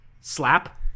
Slap